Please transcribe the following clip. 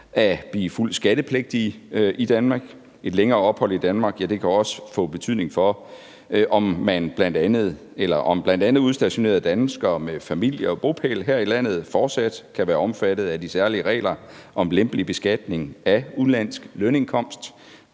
at blive fuldt skattepligtige i Danmark. Et længere ophold i Danmark kan også få betydning for, om bl.a. udstationerede danskere med familie og bopæl her i landet fortsat kan være omfattet af de særlige regler om lempelig beskatning af udenlandsk lønindkomst.